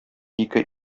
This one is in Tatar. ике